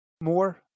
more